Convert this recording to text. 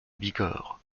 bigorre